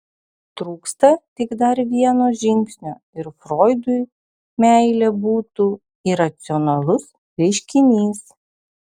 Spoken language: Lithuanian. trūksta tik dar vieno žingsnio ir froidui meilė būtų iracionalus reiškinys